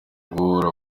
guhugura